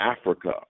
Africa